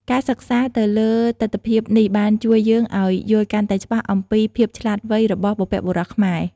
ការសិក្សាទៅលើទិដ្ឋភាពនេះបានជួយយើងឲ្យយល់កាន់តែច្បាស់អំពីភាពវៃឆ្លាតរបស់បុព្វបុរសខ្មែរ។